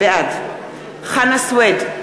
בעד חנא סוייד,